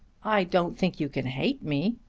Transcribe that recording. i don't think you can hate me.